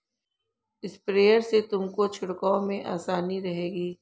sprayer से तुमको छिड़काव में आसानी रहेगी